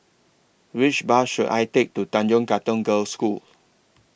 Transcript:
Which Bus should I Take to Tanjong Katong Girls' School